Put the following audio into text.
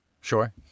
sure